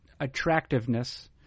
Attractiveness